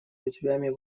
ветвями